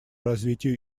развитию